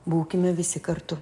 būkime visi kartu